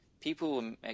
People